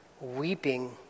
weeping